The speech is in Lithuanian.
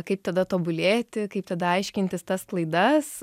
kaip tada tobulėti kaip tada aiškintis tas klaidas